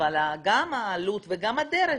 אבל גם העלות וגם הדרך,